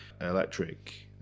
electric